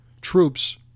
troops